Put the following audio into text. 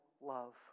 love